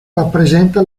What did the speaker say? rappresenta